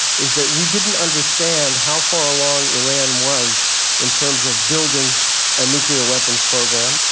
is that we didn't understand how far along iran was in terms of building a nuclear weapons program.